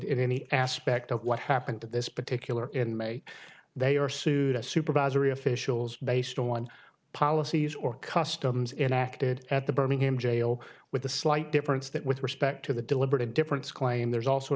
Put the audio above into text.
in any aspect of what happened to this particular inmate they are sued a supervisory officials based on policies or customs interacted at the birmingham jail with the slight difference that with respect to the deliberate indifference claim there's also an